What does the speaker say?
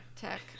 tech